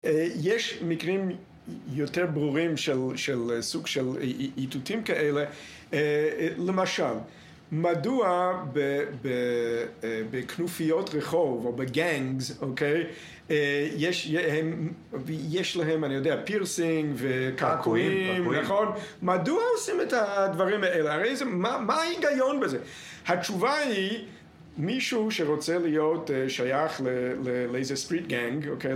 יש מקרים יותר ברורים של סוג של איתותים כאלה. למשל, מדוע בכנופיות רחוב או בgangs, אוקיי? יש להם, אני יודע, פירסינג וקעקועים, נכון? מדוע עושים את הדברים האלה? הרי מה ההיגיון בזה? התשובה היא, מישהו שרוצה להיות שייך לאיזה סטריט גנג, אוקיי?